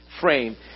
frame